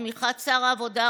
תמיכת שר העבודה,